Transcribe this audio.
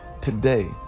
today